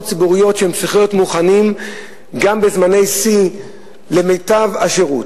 ציבוריות שיהיו מוכנים בהן גם בזמני שיא למיטב השירות,